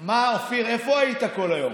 אופיר, איפה היית כל היום?